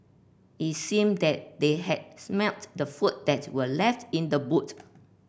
it seemed that they had smelt the food that were left in the boot